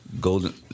Golden